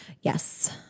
Yes